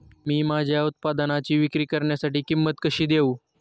मी माझ्या उत्पादनाची विक्री करण्यासाठी किंमत कशी देऊ?